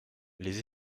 les